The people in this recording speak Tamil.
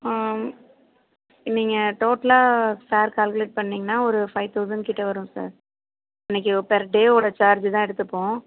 நீங்கள் டோட்டலா ஃபேர் கால்குலேட் பண்ணிங்கனா ஒரு ஃபைவ் தவுசண்ட் கிட்டே வரும் சார் அன்னைக்கி பர் டே ஓட சார்ஜு தான் எடுத்துப்போம்